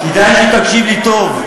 כדאי שתקשיב לי טוב.